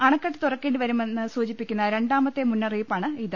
അണക്കെട്ട് തുറക്കേണ്ടി വരുമെന്ന് സൂചിപ്പിക്കുന്ന രണ്ടാമത്തെ മുന്നറിയിപ്പാണിത്